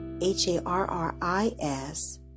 H-A-R-R-I-S